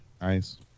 Nice